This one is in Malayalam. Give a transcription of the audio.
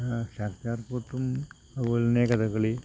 ചാക്യാർകൂത്തും അതുപോലെത്തന്നെ കഥകളി